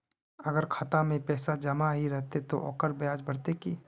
अगर खाता में पैसा जमा ही रहते ते ओकर ब्याज बढ़ते की?